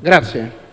Presidente,